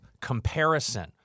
comparison—